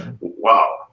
Wow